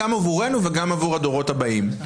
גם עבורנו וגם עבור הדורות הבאים.